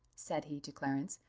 said he to clarence,